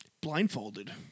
blindfolded